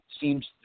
seems